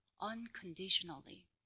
unconditionally